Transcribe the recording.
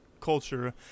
culture